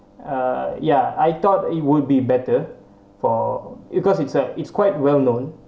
uh ya I thought it would be better for it cause it's uh it's quite well known